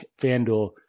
FanDuel